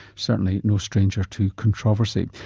certainly no stranger to controversy.